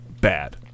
bad